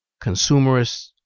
consumerist